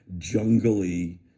jungly